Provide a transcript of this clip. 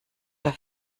der